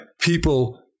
people